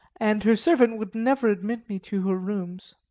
and her servant would never admit me to her rooms.